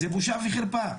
זה בושה וחרפה.